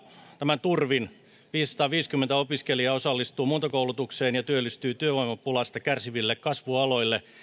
tämän turvin viisisataaviisikymmentä opiskelijaa osallistuu muuntokoulutukseen ja työllistyy työvoimapulasta kärsiville kasvualoille